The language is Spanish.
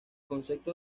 concepto